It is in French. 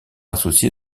associé